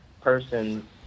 person